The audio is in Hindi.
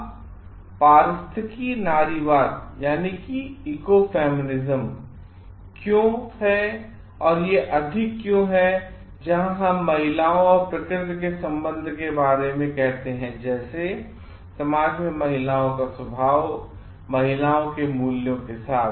अब यह पारिस्थिकी नारीवाद क्यों यह अधिक है वहां जहां हम महिलाओं और प्रकृति के संबंध के बारे में कहते हैं जैसे समाज में महिलाओं का स्वभाव और महिलाओं के मूल्यों के साथ